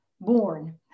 born